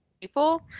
people